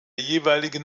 jeweiligen